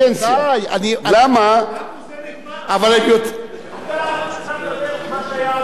אתה מדבר על מה שהיה עד 2003. זה נגמר,